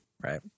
right